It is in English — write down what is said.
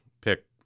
pick